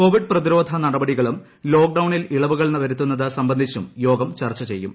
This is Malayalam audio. കോവിഡ് പ്രതിരോധ നടപടികളും ലോക്ഡ്രാണിൽ ഇളവുകൾ വരുത്തുന്നത് സംബന്ധിച്ചും യോഗം ചർച്ച ചെയ്യും